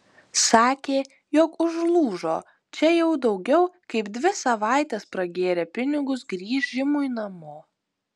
sakė jog užlūžo čia jau daugiau kaip dvi savaites pragėrė pinigus grįžimui namo